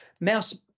mouse